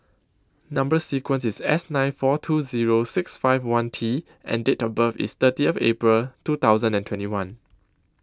Number sequence IS S nine four two Zero six five one T and Date of birth IS thirty April two thousand and twenty one